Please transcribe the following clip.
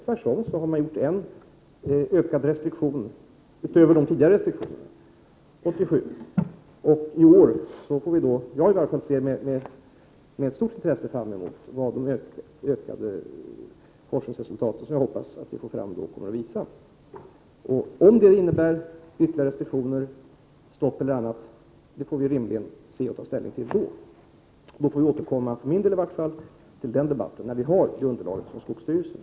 Tvärtom har man lagt till ytterligare en restriktion — 1987. I varje fall jag ser med stort intresse fram emot vad de forskningsresultat som jag hoppas att vi får fram kommer att visa. Om resultaten innebär ytterligare restriktioner, ett stopp eller andra åtgärder, får vi rimligen ta ställning till när underlaget finns. I varje fall jag återkommer till den debatten när vi har fått underlaget från skogsstyrelsen.